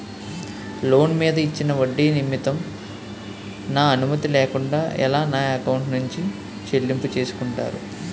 Loan మీద ఇచ్చిన ఒడ్డి నిమిత్తం నా అనుమతి లేకుండా ఎలా నా ఎకౌంట్ నుంచి చెల్లింపు చేసుకుంటారు?